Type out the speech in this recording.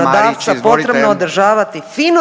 (Nezavisni)** … /Upadica Radin: